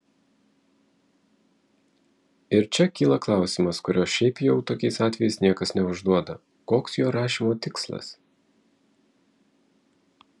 ir čia kyla klausimas kurio šiaip jau tokiais atvejais niekas neužduoda koks jo rašymo tikslas